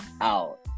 out